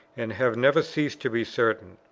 and have never ceased to be certain.